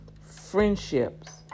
friendships